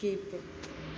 keep